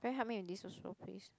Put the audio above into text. can you help me with this also please